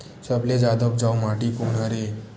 सबले जादा उपजाऊ माटी कोन हरे?